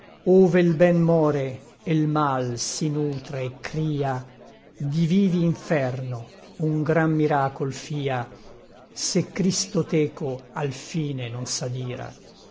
ove l ben more e l mal si nutre et cria di vivi inferno un gran miracol fia se cristo teco alfine non s'adira